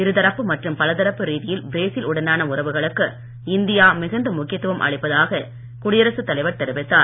இருதரப்பு மற்றும் பலதரப்பு ரீதியில் பிரேசில் உடனான உறவுகளுக்கு இந்தியா மிகுந்த முக்கியத்துவம் அளிப்பதாக குடியரசுத் தலைவர் தெரிவித்தார்